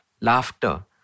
laughter